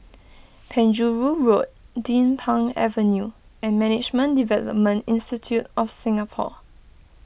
Penjuru Road Din Pang Avenue and Management Development Institute of Singapore